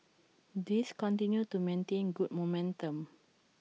these continue to maintain good momentum